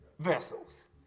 vessels